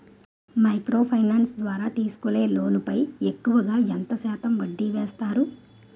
Micro finance ద్వారా తీసుకునే loan పై ఎక్కువుగా ఎంత శాతం వడ్డీ వేస్తారు?